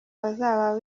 bazaba